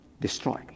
Destroyed